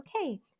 okay